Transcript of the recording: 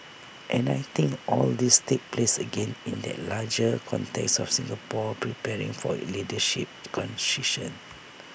and I think all this takes place again in that larger context of Singapore preparing for leadership